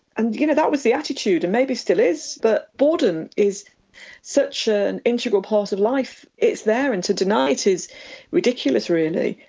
and you know that was the attitude, and maybe still is, but boredom is such ah an integral part of life. it's there and to deny it is ridiculous, really.